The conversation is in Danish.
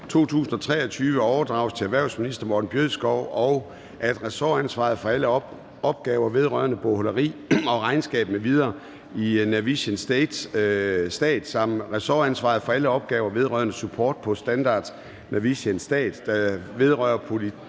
2023 overdrages til erhvervsminister Morten Bødskov, og at ressortansvaret for alle opgaver vedrørende bogholderi og regnskab m.v. i Navision Stat samt ressortansvaret for alle opgaver vedrørende support på standard Navision Stat, der vedrører Rigspolitiet,